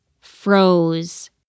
froze